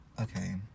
Okay